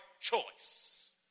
choice